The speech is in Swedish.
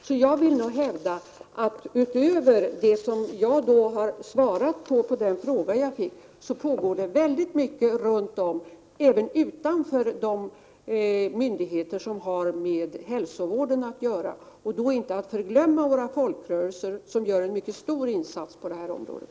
Så jag vill nog hävda att utöver det som jag har svarat på i den interpellation som jag fick pågår det väldigt mycket även utanför de myndigheter som har med hälsovården att göra och då inte att förglömma våra folkrörelser, som gör en mycket stor insats på det här området.